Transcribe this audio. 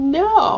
no